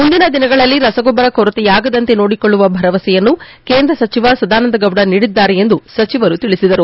ಮುಂದಿನ ದಿನಗಳಲ್ಲಿ ರಸಗೊಬ್ಬರ ಕೊರತೆಯಾಗದಂತೆ ನೋಡಿಕೊಳ್ಳುವ ಭರವಸೆಯನ್ನು ಕೇಂದ್ರ ಸಚಿವ ಸದಾನಂದಗೌಡ ನೀಡಿದ್ದಾರೆ ಎಂದು ಸಚಿವರು ತಿಳಿಸಿದರು